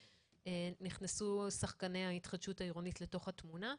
נכנסו שחקני ההתחדשות העירונית לתוך התמונה.